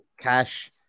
Cash